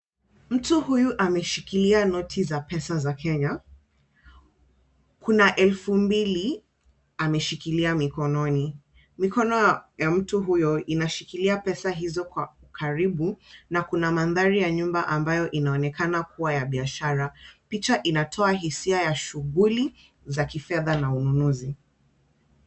Mtu huyu ameshikilia noti za pesa za Kenya. Kuna elfu mbili ameshikilia mikononi, mikono ya mtu huyo inashikilia pesa hizo kwa ukaribu na kuna mandhari ya nyumba ambayo inaonekana kuwa ya baishara. Picha inatoa hisia ya shughuli za kifedha na ununuzi.